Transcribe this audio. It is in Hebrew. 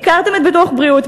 ייקרתם את ביטוח הבריאות,